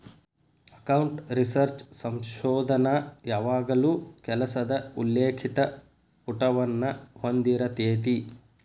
account research ಸಂಶೋಧನ ಯಾವಾಗಲೂ ಕೆಲಸದ ಉಲ್ಲೇಖಿತ ಪುಟವನ್ನ ಹೊಂದಿರತೆತಿ